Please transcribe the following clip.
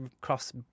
cross